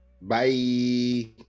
bye